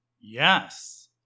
Yes